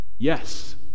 Yes